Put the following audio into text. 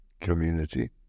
community